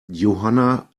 johanna